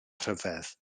rhyfedd